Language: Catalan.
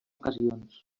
ocasions